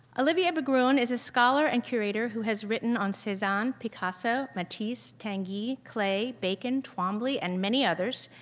olivier berggruen is a scholar and curator who has written on cezanne, picasso, matisse, tanguy, clay, bacon, twombly, and many others,